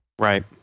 Right